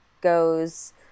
goes